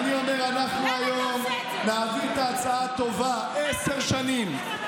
למה אתה עושה את זה?